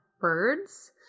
birds